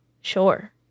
sure